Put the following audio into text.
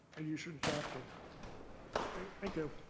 and you should adopt it. thank you.